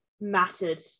mattered